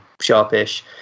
sharpish